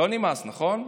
לא נמאס, נכון?